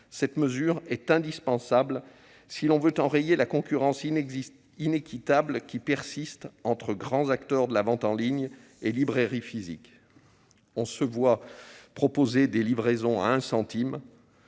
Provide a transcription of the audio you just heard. Cette mesure est indispensable si l'on veut enrayer la concurrence inéquitable qui persiste entre grands acteurs de la vente en ligne et librairies physiques. On se voit proposer des livraisons à 1 centime,